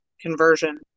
conversion